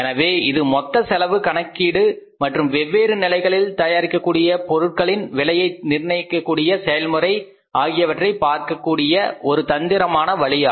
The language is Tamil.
எனவே இது மொத்த செலவு கணக்கீடு மற்றும் வெவ்வேறு நிலைகளில் தயாரிக்கக்கூடிய பொருட்களின் விலையை நிர்ணயிக்கக்கூடிய செயல்முறை ஆகியவற்றை பார்க்கக் கூடிய ஒரு தந்திரமான வழி